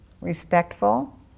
Respectful